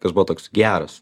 kas buvo toks geras